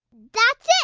that's it.